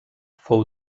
fou